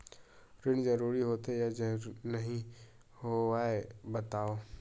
ऋण जरूरी होथे या नहीं होवाए बतावव?